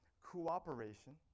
cooperation